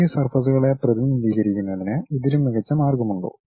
ഈ സർഫസ്കളെ പ്രതിനിധീകരിക്കുന്നതിന് ഇതിലും മികച്ച മാർഗമുണ്ടോ